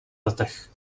letech